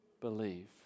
believe